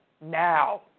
Now